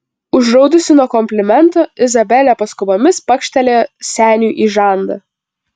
užraudusi nuo komplimento izabelė paskubomis pakštelėjo seniui į žandą